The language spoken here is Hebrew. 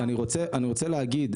רגע, אני רוצה להגיד.